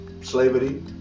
slavery